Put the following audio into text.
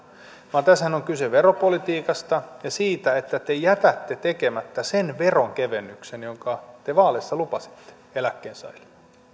vaan tässähän on kyse veropolitiikasta ja siitä että te jätätte tekemättä sen veronkevennyksen jonka te vaaleissa lupasitte eläkkeensaajille